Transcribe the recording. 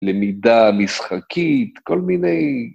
למידה משחקית, כל מיני...